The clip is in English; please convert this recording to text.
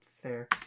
Fair